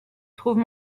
trouve